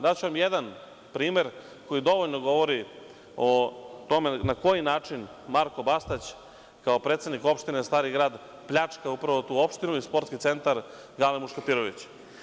Daću vam jedan primer koji dovoljno govori o tome na koji način Marko Bastać kao predsednik opštine Stari grad pljačka upravo tu opštinu i Sportski centar „Gale Muškatirović“